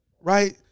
right